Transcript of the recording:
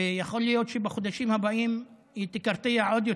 ויכול להיות שבחודשים הבאים היא תקרטע עוד יותר.